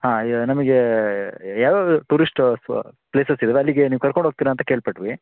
ಹಾಂ ಯ ನಮಗೆ ಯಾವ ಯಾವ ಟೂರಿಸ್ಟು ಫ ಪ್ಲೇಸಸ್ ಇದ್ದಾವೆ ಅಲ್ಲಿಗೆ ನೀವು ಕರ್ಕೊಂಡು ಹೋಗ್ತೀರ ಅಂತ ಕೇಳಿಪಟ್ವಿ